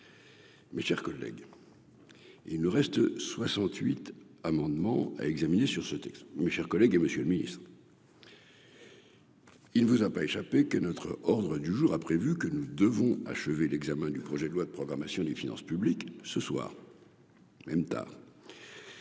Mes chers collègues, et il nous reste 68 amendements à examiner sur ce texte, mes chers collègues, et Monsieur le Ministre. Il ne vous a pas échappé que notre ordre du jour, a prévu que nous devons achever l'examen du projet de loi de programmation des finances publiques ce soir. Même tard.